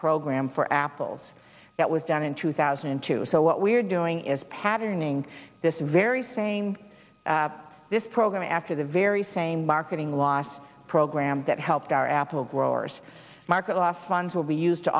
program for apples that was done in two thousand and two so what we're doing is patterning this very saying this program after the very same marketing last program that helped our apple growers market last funds will be used to